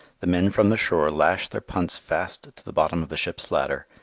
the men from the shore lash their punts fast to the bottom of the ship's ladder,